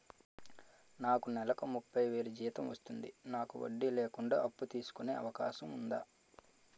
నాకు నేలకు ముప్పై వేలు జీతం వస్తుంది నాకు వడ్డీ లేకుండా అప్పు తీసుకునే అవకాశం ఉందా